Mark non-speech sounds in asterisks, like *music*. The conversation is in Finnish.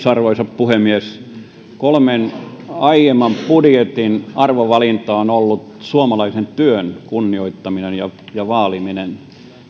*unintelligible* arvoisa puhemies kolmen aiemman budjetin arvovalintana on ollut suomalaisen työn kunnioittaminen ja ja vaaliminen